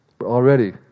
already